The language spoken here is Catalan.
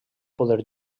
poder